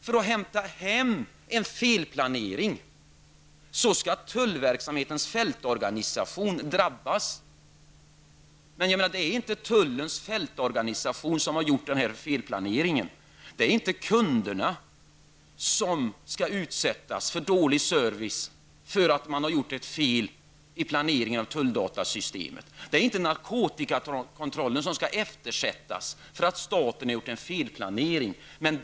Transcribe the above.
För att man skall kunna ta igen en felplanering, skall tullverksamhetens fältorganisation drabbas. Men det är inte tullens fältorganisation som gjort denna felplanering. Det är inte kunderna som skall drabbas av dålig service därför att man gjort ett fel i planeringen av tulldatasystemet. Det är inte narkotikakontrollen som skall eftersättas, därför att staten gjort en felplanering.